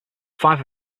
five